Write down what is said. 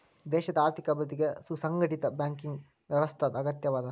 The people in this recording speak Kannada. ದೇಶದ್ ಆರ್ಥಿಕ ಅಭಿವೃದ್ಧಿಗೆ ಸುಸಂಘಟಿತ ಬ್ಯಾಂಕಿಂಗ್ ವ್ಯವಸ್ಥಾದ್ ಅಗತ್ಯದ